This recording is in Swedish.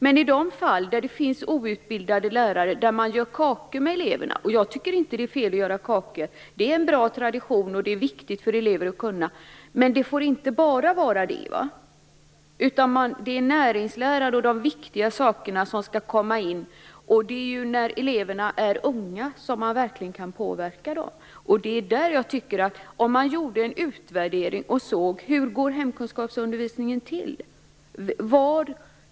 Men det finns fall där outbildade lärare gör kakor med eleverna. Jag tycker inte att det är fel att göra kakor. Det är en bra tradition, och det är viktigt för elever att kunna. Men det får inte bara vara det. Näringslära och andra viktiga saker skall ingå, och det är när eleverna är unga som man kan påverka dem. Jag tycker att man skall göra en utvärdering och se hur hemkunskapsundervisningen går till.